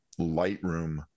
Lightroom